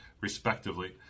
respectively